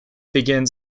begins